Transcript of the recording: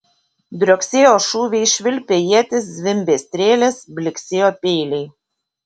drioksėjo šūviai švilpė ietys zvimbė strėlės blyksėjo peiliai